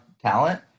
talent